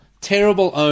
terrible